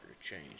change